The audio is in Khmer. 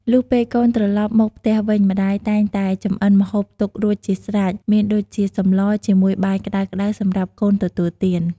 លុះពេលកូនត្រឡប់មកផ្ទះវិញ ម្តាយតែងតែចម្អិនម្ហូបទុករួចជាស្រាច់មានដូចជាសម្លរជាមួយបាយក្ដៅៗសម្រាប់កូនទទួលទាន។